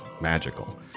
magical